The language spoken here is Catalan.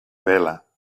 vela